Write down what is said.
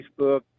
Facebook